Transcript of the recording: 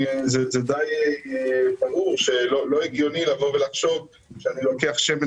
זה די ברור שלא הגיוני לחשוב שאפשר לקחת שמן